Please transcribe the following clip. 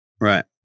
Right